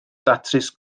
datrys